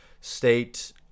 state